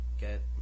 get